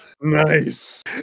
Nice